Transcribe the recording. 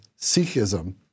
Sikhism